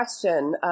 question